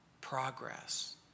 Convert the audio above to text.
progress